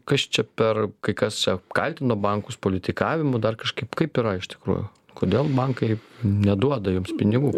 kas čia per kai kas apkaltino bankus politikavimu dar kažkaip kaip yra iš tikrųjų kodėl bankai neduoda jums pinigų